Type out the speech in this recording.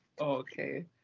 Okay